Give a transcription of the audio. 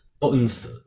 buttons